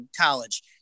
college